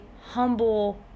humble